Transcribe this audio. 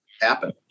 happen